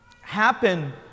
happen